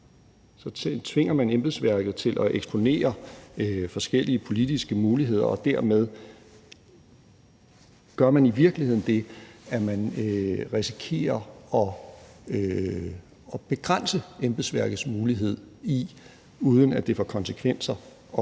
så tvinger man embedsværket til at eksponere forskellige politiske muligheder, og dermed gør man i virkeligheden det, at man risikerer at begrænse embedsværkets mulighed for at kunne